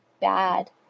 bad